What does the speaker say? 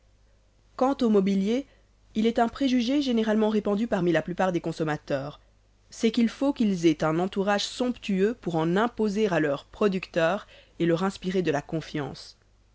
quant au mobilier il est un préjugé généralement répandu parmi la plupart des consommateurs c'est qu'il faut qu'ils aient un entourage somptueux pour en imposer à leurs producteurs et leur inspirer de la confiance